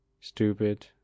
stupid